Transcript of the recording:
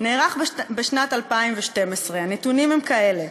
שנערך בשנת 2012. הנתונים הם כאלה: